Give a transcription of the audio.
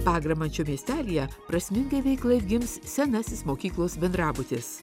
pagramančio miestelyje prasmingai veiklai atgims senasis mokyklos bendrabutis